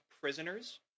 Prisoners